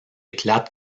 éclatent